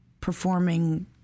performing